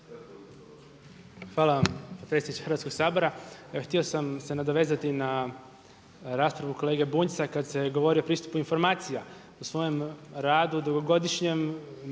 Hvala vam predsjedniče Hrvatskog sabora. Htio sam se nadovezati na raspravu kolege Bunjca kad se govori o pristupu informacija. U svojem radu dugogodišnjem mnogo